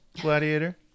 Gladiator